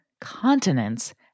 continents